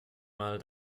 mal